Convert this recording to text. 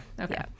Okay